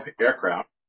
aircraft